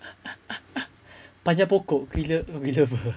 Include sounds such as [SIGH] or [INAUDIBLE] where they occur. [LAUGHS] panjat pokok bila bila [pe]